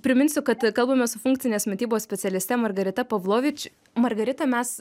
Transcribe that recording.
priminsiu kad kalbame su funkcinės mitybos specialiste margarita pavlovič margarita mes